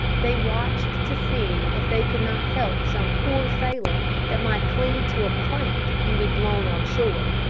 they watched to see if they could not help some poor sailor that might cling to a plank and be blown on shore.